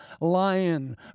lion